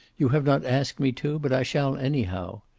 you have not asked me to, but i shall, anyhow.